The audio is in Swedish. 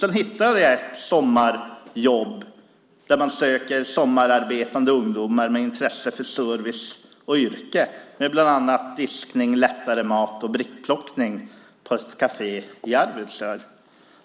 Jag hittade ett sommarjobb för sommararbetande ungdomar med intresse för service och yrket. Det gällde bland annat diskning, lättare mat och brickplockning på ett kafé i Arvidsjaur.